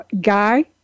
Guy